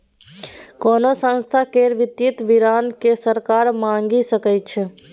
कोनो संस्था केर वित्तीय विवरण केँ सरकार मांगि सकै छै